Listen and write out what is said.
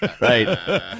right